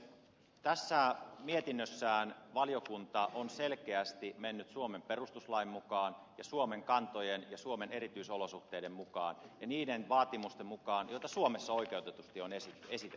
tässä mietinnössään valiokunta on selkeästi mennyt suomen perustuslain mukaan suomen kantojen ja suomen erityisolosuhteiden mukaan ja niiden vaatimusten mukaan joita suomessa oikeutetusti on esitetty